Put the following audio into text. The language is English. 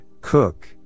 cook